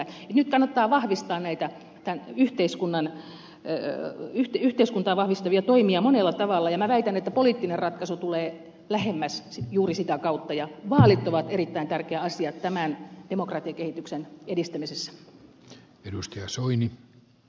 nyt kannattaa vahvistaa näitä yhteiskuntaa vahvistavia toimia monella tavalla ja minä väitän että poliittinen ratkaisu tulee lähemmäs juuri sitä kautta ja vaalit ovat erittäin tärkeä asia tämän demokratiakehityksen edistämisessä